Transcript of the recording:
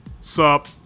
Sup